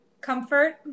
Comfort